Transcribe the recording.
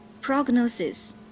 prognosis